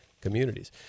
communities